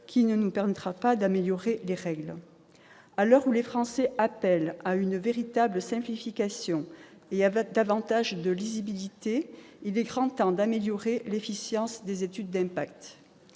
qui ne nous permettra pas d'améliorer les règles. À l'heure où les Français demandent une véritable simplification et davantage de lisibilité, il est grand temps d'améliorer l'efficience des études d'impact.